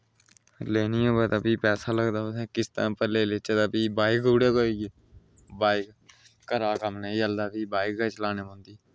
लैनी होऐ तां फ्ही पैसा लगदा किस्तै उप्पर लेई लैचै तां फ्ही बाईक उड़े गा होईये बाईक घरा कम्म नेईं चलदा फ्ही बाईक गै चलाना पौंदी